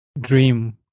dream